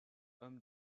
homme